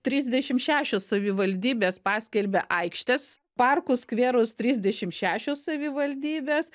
trisdešimt šešios savivaldybės paskelbė aikštes parkus skverus trisdešimt šešios savivaldybės